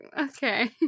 okay